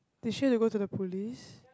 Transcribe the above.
did she have to go to the police